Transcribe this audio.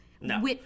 No